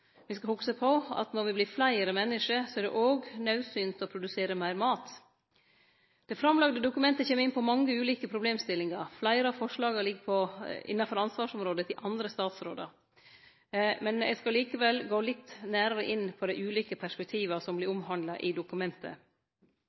Me skal hugse på at når me vert fleire menneske, er det òg naudsynt å produsere meir mat. Det framlagte dokumentet kjem inn på mange ulike problemstillingar. Fleire av forslaga ligg innanfor ansvarsområdet til andre statsrådar. Eg skal likevel gå litt nærare inn på dei ulike perspektiva som vert omhandla i dokumentet.